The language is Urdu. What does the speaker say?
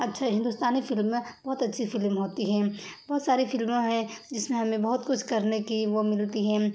اچھا ہندوستانی فلم بہت اچھی فلم ہوتی ہے بہت ساری فلمیں ہیں جس میں ہمیں بہت کچھ کرنے کی وہ ملتی ہے